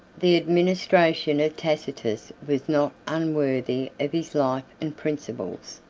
the administration of tacitus was not unworthy of his life and principles.